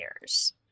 years